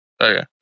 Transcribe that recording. Okay